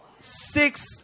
Six